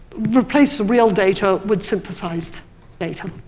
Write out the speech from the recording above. replace the real data with synthesized data.